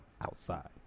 outside